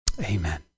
Amen